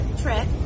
trip